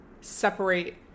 separate